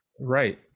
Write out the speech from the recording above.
Right